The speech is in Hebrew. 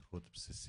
זו זכות בסיסית.